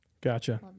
Gotcha